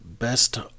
best